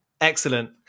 Excellent